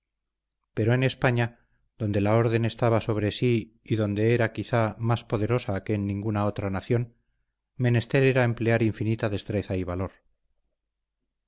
pero en españa donde la orden estaba sobre sí y donde era quizá más poderosa que en ninguna otra nación menester era emplear infinita destreza y valor